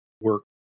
work